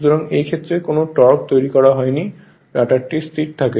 সুতরাং এই ক্ষেত্রে কোন টর্ক তৈরি হয়নি এবং রটারটি স্থির থাকে